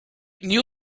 knew